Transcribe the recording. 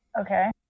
Okay